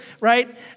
right